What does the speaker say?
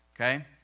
Okay